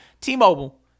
T-Mobile